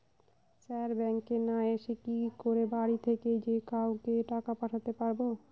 Sir ব্যাঙ্কে না এসে কি করে বাড়ি থেকেই যে কাউকে টাকা পাঠাতে পারবো?